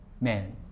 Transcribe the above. man